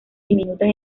diminutas